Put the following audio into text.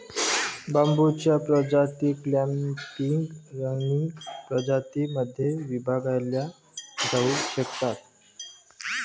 बांबूच्या प्रजाती clumping, running प्रजातीं मध्ये विभागल्या जाऊ शकतात